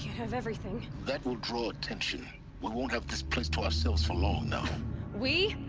have everything. that will draw attention we won't have this place to ourselves for long now we?